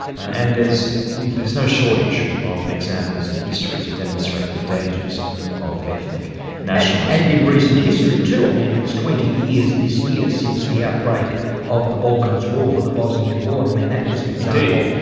and there's no shortage of examples in history to demonstrate the dangers of ethnic nationalism. and in recent history too i mean, it's twenty years this year since the outbreak of the balkans war the bosnian war. i mean, that was an example,